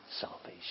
salvation